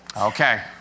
Okay